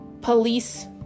police